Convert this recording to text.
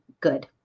good